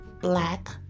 black